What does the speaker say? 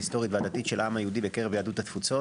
ההיסטורית והדתית של העם היהודי בקרב יהדות התפוצות